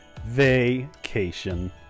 Vacation